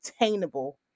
attainable